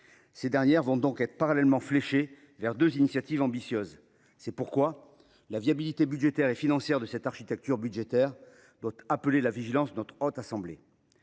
Ces dernières seront donc parallèlement fléchées vers deux initiatives ambitieuses. C’est pourquoi la viabilité budgétaire et financière de cette architecture budgétaire doit susciter la vigilance de la Haute Assemblée.